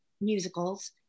musicals